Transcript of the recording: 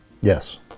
Yes